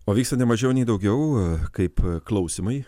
o vyksta nemažiau nei daugiau kaip klausymai